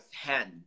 hand